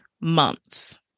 Months